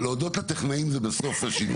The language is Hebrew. לא יכול